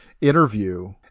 interview